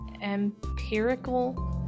empirical